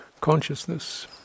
consciousness